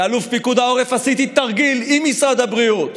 כאלוף פיקוד העורף עשיתי תרגיל עם משרד הבריאות